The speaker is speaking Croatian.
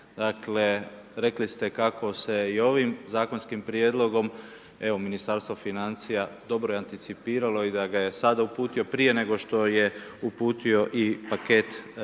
Dakle rekli ste kako se i ovim zakonskim prijedlogom evo Ministarstvo financija dobro anticipiralo i da ga je sada uputio prije nego što je uputio i paket poreznih